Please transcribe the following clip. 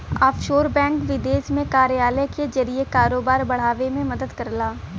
offshore bank विदेश में कार्यालय के जरिए कारोबार बढ़ावे में मदद करला